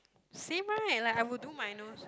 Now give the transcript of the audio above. same right like I will do my nose